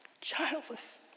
childless